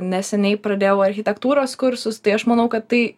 neseniai pradėjau architektūros kursus tai aš manau kad tai